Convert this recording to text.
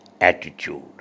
attitude